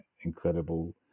incredible